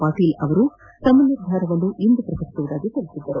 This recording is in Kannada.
ಪಾಟೀಲ್ ತಮ್ನ ನಿರ್ಧಾರವನ್ನು ಇಂದು ಪ್ರಕಟಿಸುವುದಾಗಿ ತಿಳಿಸಿದ್ದರು